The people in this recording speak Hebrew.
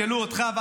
וישאלו אותך,